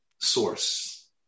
source